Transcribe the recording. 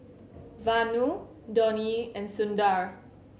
Vanu Dhoni and Sundar